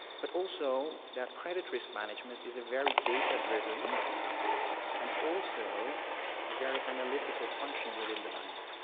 but also that credit risk management is a very data-driven and also a very analytical function within the bank.